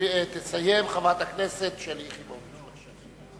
תסיים חברת הכנסת שלי יחימוביץ.